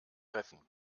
treffen